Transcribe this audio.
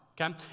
okay